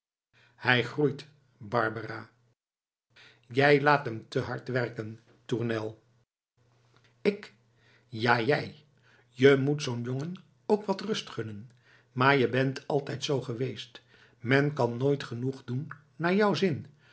hij groeit barbara jij laat hem te hard werken tournel ik ja jij je moet zoo'n jongen ook wat rust gunnen maar je bent altijd zoo geweest men kan nooit genoeg doen naar jou zin